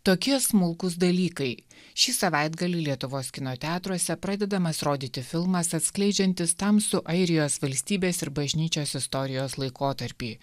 tokie smulkūs dalykai šį savaitgalį lietuvos kino teatruose pradedamas rodyti filmas atskleidžiantis tamsų airijos valstybės ir bažnyčios istorijos laikotarpį